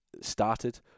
started